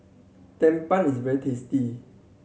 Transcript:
tumpeng is very tasty